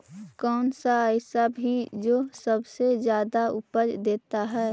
कौन सा ऐसा भी जो सबसे ज्यादा उपज देता है?